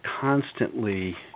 constantly